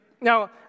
Now